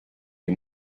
les